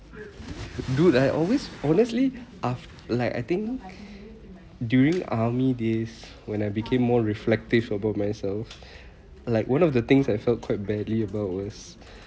dude I always honestly af~ like I think during army days when I became more reflective about myself like one of the things I felt quite badly about was